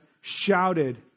shouted